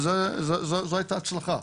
וזו הייתה הצלחה.